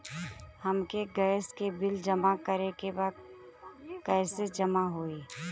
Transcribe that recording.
हमके गैस के बिल जमा करे के बा कैसे जमा होई?